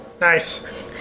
Nice